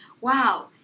Wow